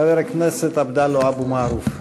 חבר הכנסת עבדאללה אבו מערוף.